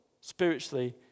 spiritually